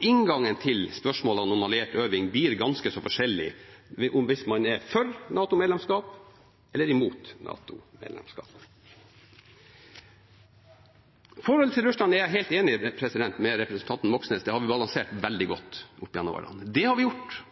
Inngangen til spørsmålene om alliert øving blir ganske så forskjellig om man er for NATO-medlemskap, eller om man er imot NATO-medlemskap. Når det gjelder forholdet til Russland, er jeg helt enig med representanten Moxnes i at det har vi balansert veldig godt opp gjennom årene. Det har vi gjort